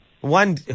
One